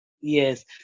Yes